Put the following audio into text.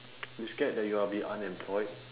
you scared that you will be unemployed